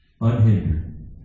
Unhindered